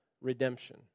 redemption